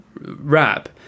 rap